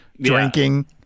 drinking